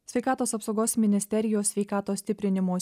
sveikatos apsaugos ministerijos sveikatos stiprinimo